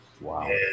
Wow